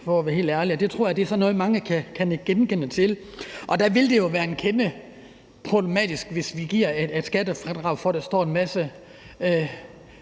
for at være helt ærlig, og det tror jeg er sådan noget, mange kan nikke genkendende til, og der vil det jo være en kende problematisk, hvis vi giver et skattefradrag for, at der står en masse